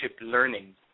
learning